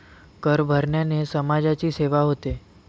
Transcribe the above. कर भरण्याने समाजाची सेवा होते